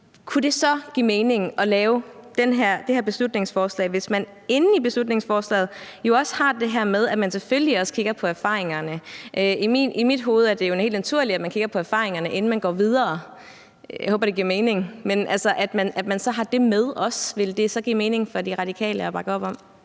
Kunne det give mening at lave det her beslutningsforslag sådan, at man i beslutningsforslaget også har det med, at man selvfølgelig også kigger på erfaringerne? I mit hoved er det jo helt naturligt, at man kigger på erfaringerne, inden man går videre, altså at man har det med også. Ville det så give mening for De Radikale at bakke op om